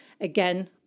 again